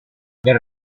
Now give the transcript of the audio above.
del